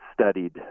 studied